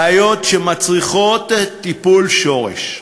בעיות שמצריכות טיפול שורש.